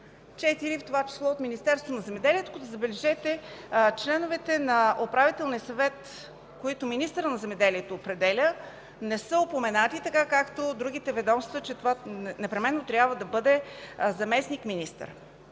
четирима от Министерството на земеделието, като, забележете, членовете на Управителния съвет, които определя министърът на земеделието, не са упоменати така, както другите ведомства, че това непременно трябва да бъде заместник-министър.